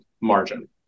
margin